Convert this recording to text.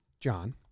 John